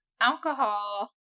alcohol